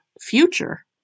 future